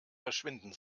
verschwinden